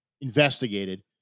investigated